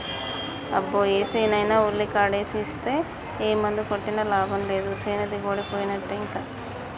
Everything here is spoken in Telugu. అబ్బో ఏసేనైనా ఉల్లికాడేసి ఇస్తే ఏ మందు కొట్టినా లాభం లేదు సేను దిగుబడిపోయినట్టే ఇంకా